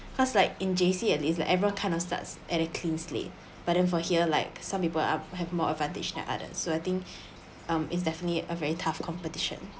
cause like in J_C at least like everyone kind of starts at a clean slate but then for here like some people are have more advantage than other so I think um it's definitely a very tough competition